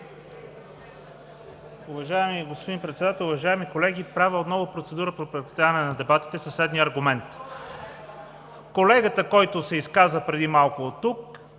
Уважаеми господин Председател, уважаеми колеги, правя отново процедура за прекратяване на дебатите със следния аргумент: Колегата, който се изказа преди малко тук,